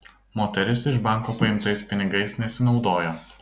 moteris iš banko paimtais pinigais nesinaudojo